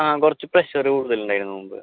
ആ കുറച്ച് പ്രഷർ കൂടുതൽ ഉണ്ടായിരുന്നു മുമ്പ്